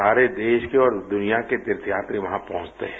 सारे देश के और दुनिया के तीर्थयात्री वहां पहुंचते हैं